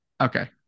Okay